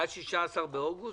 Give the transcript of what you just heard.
עד 16 באוגוסט.